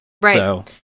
Right